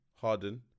Harden